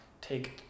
take